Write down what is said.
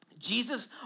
Jesus